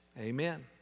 Amen